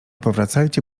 powracajcie